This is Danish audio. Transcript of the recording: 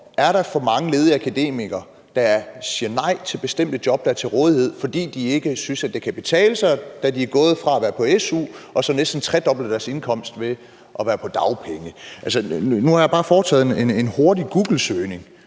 Er der for mange ledige akademikere, der siger nej til bestemte job, der er til rådighed, fordi de ikke synes, at det kan betale sig, da de er gået fra at være på su og så næsten har tredoblet deres indkomst ved at være på dagpenge? Altså, nu har jeg bare foretaget en hurtig googlesøgning